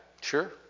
Sure